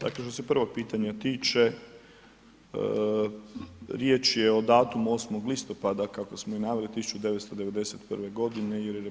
Dakle, što se prvog pitanja tiče, riječ je o datumu 8. listopada, kako smo i naveli 1991. g. jer je